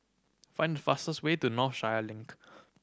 find the fastest way to Northshore Link